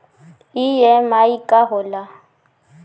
EMI का होला?